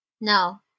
No